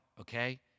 okay